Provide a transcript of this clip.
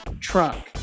trunk